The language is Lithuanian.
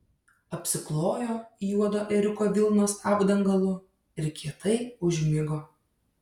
apsiklojo juodo ėriuko vilnos apdangalu ir kietai užmigo